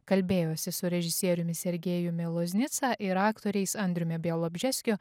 kalbėjosi su režisieriumi sergejumi loznica ir aktoriais andriumi bialobžeskiu